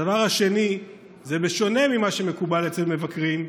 הדבר השני, בשונה ממה שמקובל אצל מבקרים,